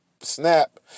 snap